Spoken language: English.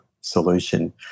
solution